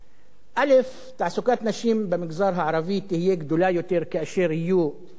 תעסוקת נשים במגזר הערבי תהיה גדולה יותר כאשר יהיו מפעלים,